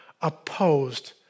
opposed